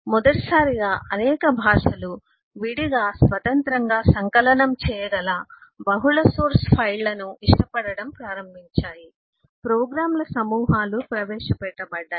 మొదటిసారిగా అనేక భాషలు విడిగా స్వతంత్రంగా సంకలనం చేయగల బహుళ సోర్స్ ఫైళ్ళను ఇష్టపడటం ప్రారంభించాయి ప్రోగ్రామ్ల సమూహాలు ప్రవేశపెట్టబడ్డాయి